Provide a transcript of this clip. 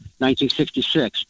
1966